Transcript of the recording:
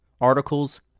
articles